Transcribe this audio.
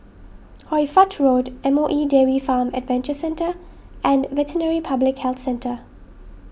Hoy Fatt Road M O E Dairy Farm Adventure Centre and Veterinary Public Health Centre